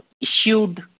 issued